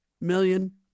million